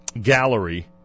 Gallery